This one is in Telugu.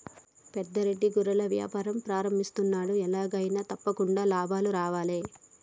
పెద్ద రెడ్డి గొర్రెల వ్యాపారం ప్రారంభిస్తున్నాడు, ఎలాగైనా తప్పకుండా లాభాలు రావాలే